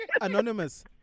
Anonymous